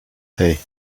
hey